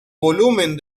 volumen